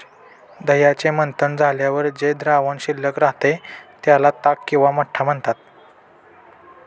दह्याचे मंथन झाल्यावर जे द्रावण शिल्लक राहते, त्याला ताक किंवा मठ्ठा म्हणतात